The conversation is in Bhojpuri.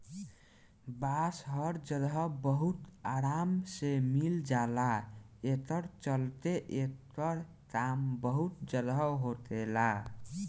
बांस हर जगह बहुत आराम से मिल जाला, ए चलते एकर काम बहुते जगह होखेला